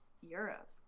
Europe